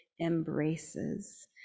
embraces